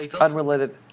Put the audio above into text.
Unrelated